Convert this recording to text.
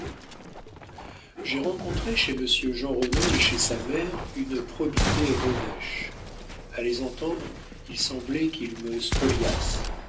j'ai rencontré chez monsieur jeanrenaud et chez sa mère une probité revêche à les entendre il semblait qu'ils me